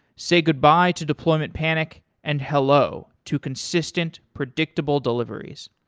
say goodbye to deployment panic and hello to consistent predictable deliveries.